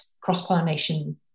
cross-pollination